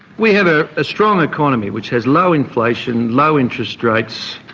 we have a strong economy which has low inflation, low interest rates,